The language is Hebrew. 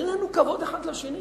אין לנו כבר כבוד אחד לשני.